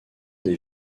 des